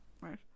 Right